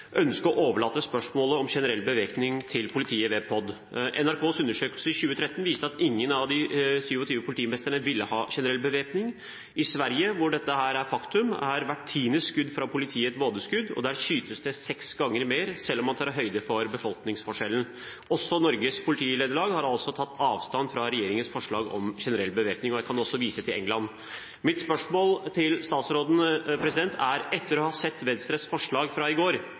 å overlate spørsmålet om generell bevæpning til politiet ved POD. NRKs undersøkelse i 2013 viste at ingen av de 27 politimestrene ville ha generell bevæpning. I Sverige, hvor dette er et faktum, er hvert tidende skudd fra politiet et vådeskudd, og der skytes det seks ganger mer selv om man tar høyde for befolkningsforskjellen. Også Norges Politilederlag har tatt avstand fra regjeringens forslag om generell bevæpning. Jeg kan også vise til England. Mitt spørsmål til statsråden er: Etter å ha sett Venstres forslag fra i går